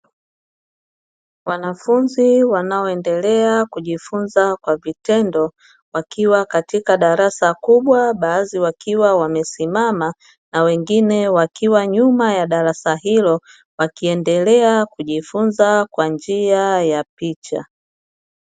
Wanafunzi wanaoendelea kujifunza kwa vitendo, wakiwa katika darasa kubwa, baadhi wakiwa wamesimama na wengine wakiwa nyuma ya darasa hilo, wakiendelea kujifunza kwa njia ya picha.